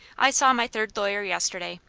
i saw my third lawyer yesterday,